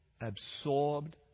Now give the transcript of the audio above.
absorbed